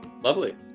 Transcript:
Lovely